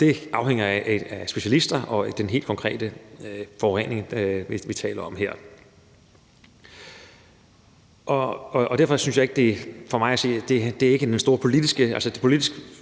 Det afhænger af specialister og den helt konkrete forurening, der er tale om. For mig at se må